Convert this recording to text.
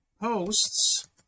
posts